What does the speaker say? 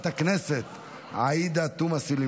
התשפ"ד 2024, אושרה בקריאה טרומית,